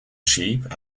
sheep